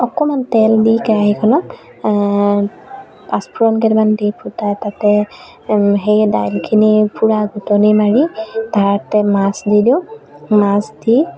অকমান তেল দি কেৰাহীখনত পাঁচফোৰণ কেইটামান দি ফুটাই তাতে সেই দাইলখিনি পুৰা ঘোটনি মাৰি তাতে মাছ দি দিওঁ মাছ দি